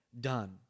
done